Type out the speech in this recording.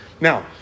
Now